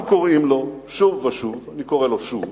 אנחנו קוראים לו שוב ושוב, אני קורא לו שוב